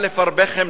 הרבה חמלה,